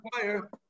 fire